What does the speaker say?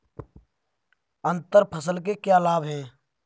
अंतर फसल के क्या लाभ हैं?